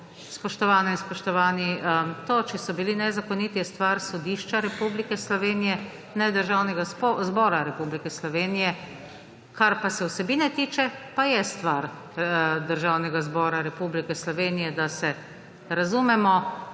spoštovane in spoštovani. To, če so bili nezakoniti, je stvar sodišča Republike Slovenije, ne Državnega zbora Republike Slovenije, kar pa se vsebine tiče, pa je stvar Državnega zbora Republike Slovenije, da se razumemo,